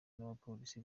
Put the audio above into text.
abapolisi